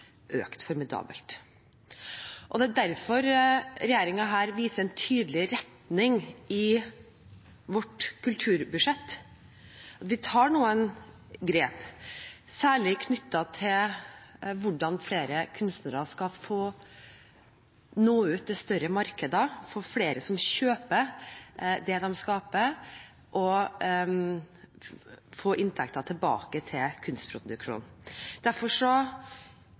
formidabelt. Det er derfor denne regjeringen viser en tydelig retning i kulturbudsjettet. Vi tar noen grep, særlig knyttet til hvordan flere kunstnere skal nå ut til større markeder for å få flere som kjøper det de skaper, og få inntekter tilbake til kunstproduksjonen. Derfor